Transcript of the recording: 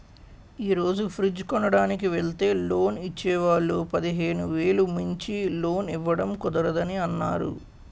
ఈ రోజు ఫ్రిడ్జ్ కొనడానికి వెల్తే లోన్ ఇచ్చే వాళ్ళు పదిహేను వేలు మించి లోన్ ఇవ్వడం కుదరదని అన్నారు